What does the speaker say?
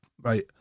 Right